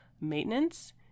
maintenance